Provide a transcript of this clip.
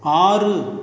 ஆறு